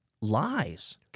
lies